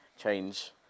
change